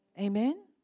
Amen